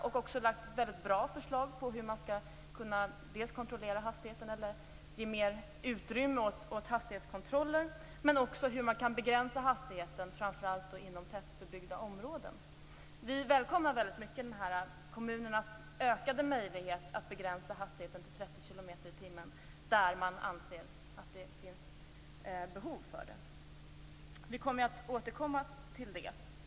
Man har även lagt fram mycket bra förslag på dels hur man skall ge mer utrymme åt hastighetskontroller, dels hur man kan begränsa hastigheten, framför allt inom tätbebyggda områden. Vi välkomnar kommunernas ökade möjlighet att begränsa hastigheten till 30 km/tim där man anser att det finns behov för det. Vi återkommer senare till det.